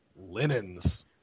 linens